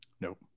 Nope